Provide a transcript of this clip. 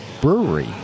brewery